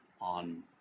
on